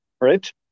right